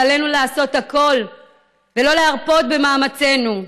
ועלינו לעשות הכול ולא להרפות ממאמצינו.